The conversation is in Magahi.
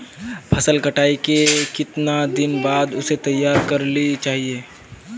फसल कटाई के कीतना दिन बाद उसे तैयार कर ली के चाहिए?